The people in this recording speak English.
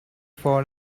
for